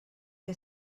que